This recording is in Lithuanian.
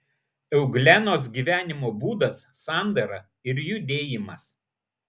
euglenos gyvenimo būdas sandara ir judėjimas